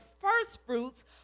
firstfruits